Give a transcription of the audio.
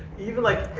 even, like,